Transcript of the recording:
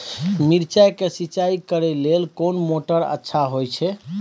मिर्चाय के सिंचाई करे लेल कोन मोटर अच्छा होय छै?